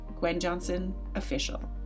GwenJohnsonOfficial